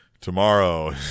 tomorrow